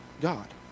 God